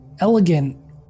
Elegant